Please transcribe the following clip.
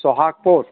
Sohagpur